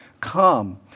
come